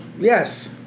yes